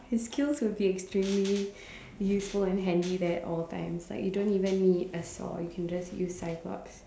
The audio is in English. his skills would be extremely useful and handy at all times like you don't even need a saw you can just use Cyclops